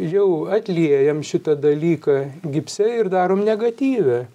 jau atliejam šitą dalyką gipse ir darom negatyve